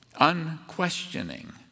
unquestioning